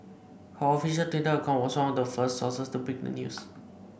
her official Twitter account was one of the first sources to break the news